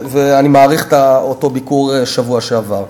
ואני מעריך את אותו ביקור בשבוע שעבר.